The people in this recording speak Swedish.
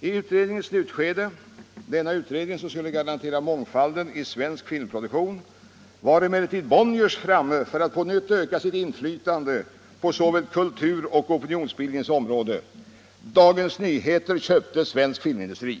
I utredningens slutskede — denna utredning som skulle garantera mångfalden i svensk filmproduktion — var emellertid Bonniers framme för att på nytt öka sitt inflytande på såväl kultursom opinionsbildningens område. Dagens Nyheter köpte Svensk Filmindustri.